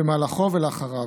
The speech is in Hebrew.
במהלכו ולאחריו,